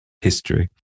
history